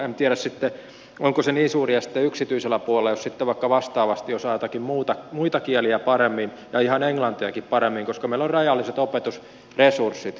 en tiedä sitten onko se niin suuri este yksityisellä puolella jos sitten vaikka vastaavasti osaa joitakin muita kieliä paremmin ja ihan englantiakin paremmin koska meillä on rajalliset opetusresurssit